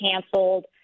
canceled